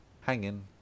hanging